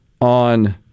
on